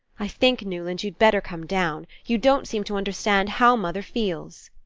i think, newland, you'd better come down. you don't seem to understand how mother feels.